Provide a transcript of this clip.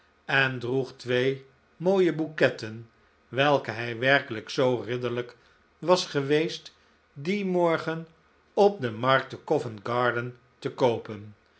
en droeg twee mooie bouquetten welke hij werkelijk zoo ridderlijk was geweest dien morgen op de markt te covent garden te koopen